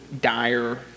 dire